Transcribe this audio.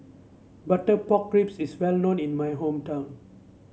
Butter Pork Ribs is well known in my hometown